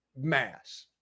mass